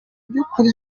by’ukuri